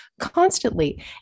constantly